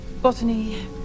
Botany